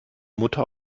mutter